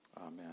Amen